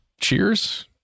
Cheers